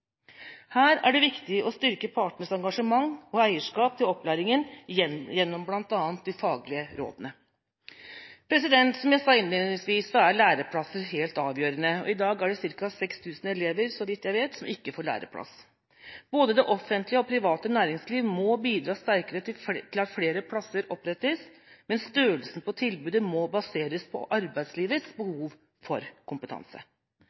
Her er det viktig å styrke partenes engasjement og eierskap til opplæringen gjennom bl.a. de faglige rådene. Som jeg sa innledningsvis, er læreplasser helt avgjørende, og i dag er det så vidt jeg vet, ca. 6 000 elever som ikke får læreplass. Både det offentlige og det private næringsliv må bidra sterkere til at flere plasser opprettes, men størrelsen på tilbudet må baseres på arbeidslivets behov for kompetanse.